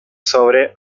sobre